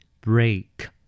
Break